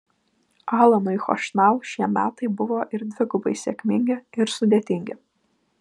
alanui chošnau šie metai buvo ir dvigubai sėkmingi ir sudėtingi